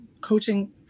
coaching